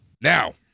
Now